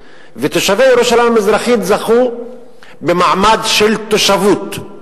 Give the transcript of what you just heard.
ותושבי ירושלים המזרחית זכו במעמד של תושבות,